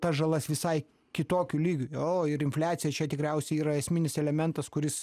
tas žalas visai kitokiu lygiu o ir infliacija čia tikriausiai yra esminis elementas kuris